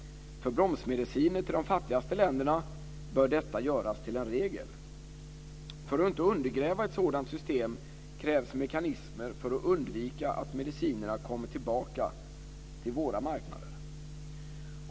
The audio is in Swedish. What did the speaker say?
För bromsmediciner till de fattigaste länderna bör detta göras till en regel. För att inte undergräva ett sådant system krävs mekanismer för att undvika att medicinerna kommer tillbaka till våra marknader.